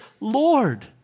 Lord